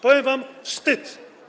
Powiem wam: wstyd.